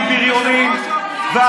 הכי בריונים, יושב-ראש האופוזיציה.